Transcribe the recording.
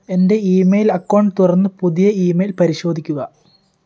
എന്റെ email account തുറന്ന് പുതിയ ഇമെയിൽ പരിശോധിക്കുക